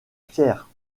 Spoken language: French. pierre